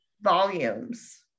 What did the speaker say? volumes